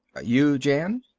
you, jan?